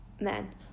men